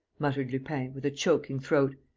muttered lupin, with a choking throat.